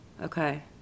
Okay